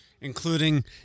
including